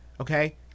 okay